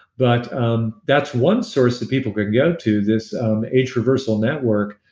but um that's one source that people can go to this a traversal network,